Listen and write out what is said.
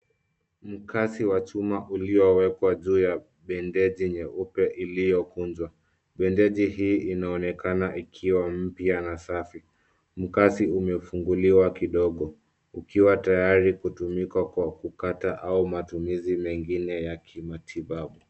Mkasi wa chuma ulio wekwa ju ya bendeji nyeupe iliyo kunjwa. Bendeji hii inaonekana ikiwa mpya na safi. Mkasi umefunguliwa kidogo ukiwa tayari kutumika kwa kukata au matumizi mengine ya kimatibabu.